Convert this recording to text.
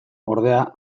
ordea